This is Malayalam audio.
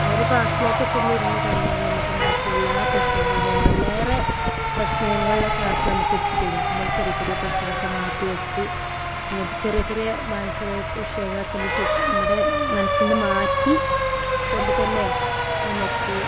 അവരെ ക്ലാസിലേക്ക് ചെന്നിരുന്ന് കഴിഞ്ഞാൽ നമുക്ക് മനസ്സിലെ എല്ലാ പ്രശ്നങ്ങളും അല്ലെ നമ്മളിലേറെ പ്രശ്നങ്ങളെ ക്ലാസിലാണ് നമുക്ക് എടുത്ത് തരിക അപ്പം നമ്മളെ ചെറിയ ചെറിയ പ്രശ്നങ്ങളൊക്കെ മാറ്റി വെച്ച് ഇങ്ങനത്തെ ചെറിയ ചെറിയ മാനസിക രോഗ വിഷയങ്ങളൊക്കെ വിഷ നമ്മുടെ മനസ്സിൽ നിന്ന് മാറ്റിക്കൊണ്ട് തന്നെ നമുക്ക്